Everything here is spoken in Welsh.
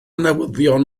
newyddion